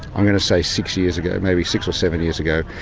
i'm gonna say six years ago, maybe six or seven years ago,